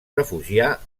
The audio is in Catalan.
refugià